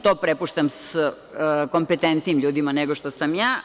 To prepuštam kompetentnijim ljudima nego što sam ja.